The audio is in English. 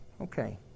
Okay